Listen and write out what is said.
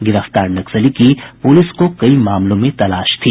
गिरफ्तार नक्सली की पुलिस को कई मामलों में तलाश थी